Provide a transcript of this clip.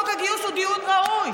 חוק הגיוס הוא דיון ראוי.